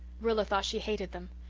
rilla thought she hated them.